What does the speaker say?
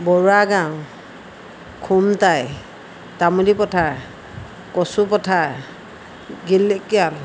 Barua Gaon Khomtai Tamuli Pathar Kachu Pathar Gilekiyal